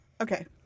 Okay